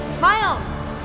Miles